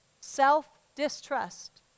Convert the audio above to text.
Self-distrust